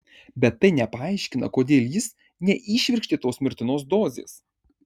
bet tai nepaaiškina kodėl jis neįšvirkštė tos mirtinos dozės